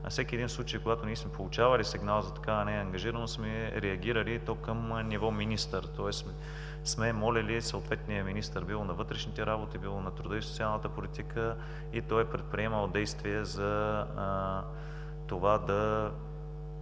всеки един случай, когато ние сме получавали сигнал за такава неангажираност, сме реагирали и то към ниво министър, тоест сме молили съответния министър – било на вътрешните работи, било на труда и социалната политика и той е предприемал действия за това да